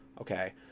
okay